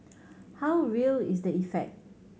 how real is the effect